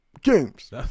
Games